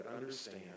understand